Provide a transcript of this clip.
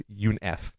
UNF